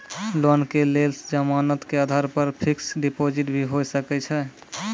Loan के लेल जमानत के आधार पर फिक्स्ड डिपोजिट भी होय सके छै?